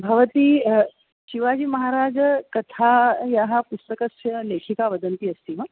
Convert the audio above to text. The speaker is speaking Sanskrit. भवती शिवाजीमहाराजकथायाः पुस्तकस्य लेखिका वदन्ति अस्ति वा